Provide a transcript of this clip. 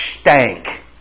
stank